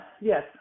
yes